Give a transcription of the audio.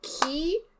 key